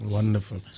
Wonderful